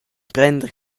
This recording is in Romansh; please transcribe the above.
prender